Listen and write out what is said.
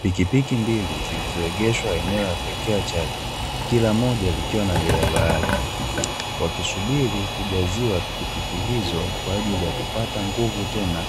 Pikipiki mbili zilizoegeshwa eneo la kuwekea chaji, kila moja likiwa na dereva wake. Wakisubiri kujaziwa pikipiki hizo kwa ajili ya kupata nguvu tena